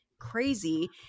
crazy